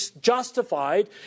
justified